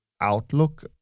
outlook